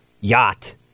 yacht